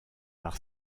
par